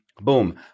boom